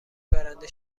برنده